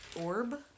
orb